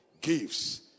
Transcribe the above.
gives